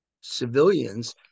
civilians –